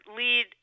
lead